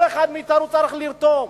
כל אחד מאתנו צריך לתרום.